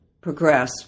progress